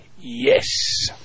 yes